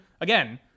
again